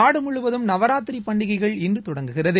நாடு முழுவதும் நவராத்திரி பண்டிகைகள் இன்று தொடங்குகிறது